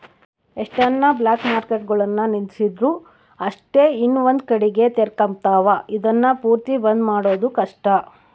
ಎಷ್ಟನ ಬ್ಲಾಕ್ಮಾರ್ಕೆಟ್ಗುಳುನ್ನ ನಿಂದಿರ್ಸಿದ್ರು ಅಷ್ಟೇ ಇನವಂದ್ ಕಡಿಗೆ ತೆರಕಂಬ್ತಾವ, ಇದುನ್ನ ಪೂರ್ತಿ ಬಂದ್ ಮಾಡೋದು ಕಷ್ಟ